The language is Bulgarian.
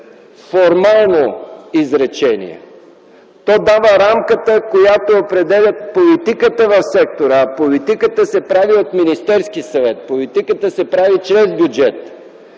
формално изречение. То дава рамката, която определя политиката в сектора, а политиката се прави от Министерския съвет. Политиката се прави чрез бюджета.